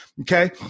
Okay